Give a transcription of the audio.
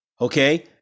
okay